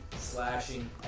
slashing